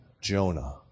Jonah